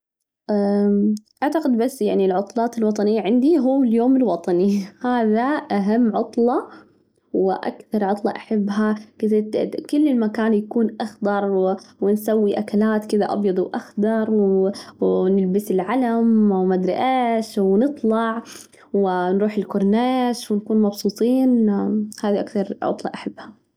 أعتقد بس يعني العطلات الوطنية عندي هو اليوم الوطني، هذا أهم عطلة وأكتر عطلة أحبها، كل المكان يكون أخضر، ونسوي أكلات كذا أبيض وأخضر، ونلبس العلم وما مدري إيش، ونطلع ،ونروح الكورنيش ونكون مبسوطين، هذي أكتر عطلة أحبها.